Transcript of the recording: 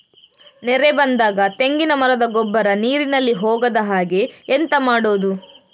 ನೆರೆ ಬಂದಾಗ ತೆಂಗಿನ ಮರದ ಗೊಬ್ಬರ ನೀರಿನಲ್ಲಿ ಹೋಗದ ಹಾಗೆ ಎಂತ ಮಾಡೋದು?